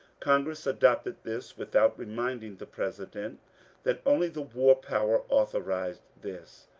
congress adopted this without remind ing the president that only the war power authorized this,